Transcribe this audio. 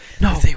No